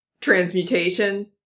transmutation